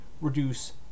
Reduce